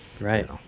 Right